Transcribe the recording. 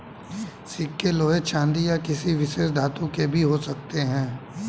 सिक्के लोहे चांदी या किसी विशेष धातु के भी हो सकते हैं